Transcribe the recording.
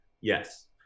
yes